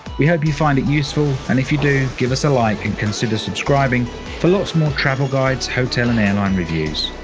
we hope you find it useful and if you do give us a like and consider subscribing for lots more travel guides, hotel and airline reviews.